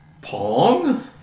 Pong